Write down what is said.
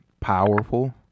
powerful